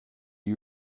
you